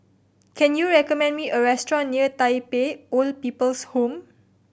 can you recommend me a restaurant near Tai Pei Old People's Home